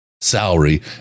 Salary